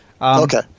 Okay